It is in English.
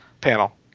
panel